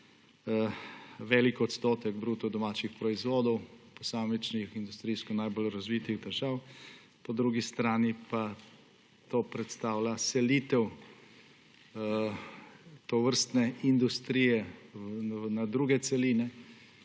velik odstotek bruto domačih proizvodov posamičnih industrijsko najbolj razvitih držav, po drugi strani pa to predstavlja selitev tovrstne industrije na druge celine,